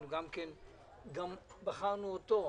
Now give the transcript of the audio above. אנחנו גם בחרנו אותו.